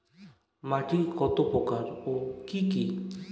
মাটি কতপ্রকার ও কি কী?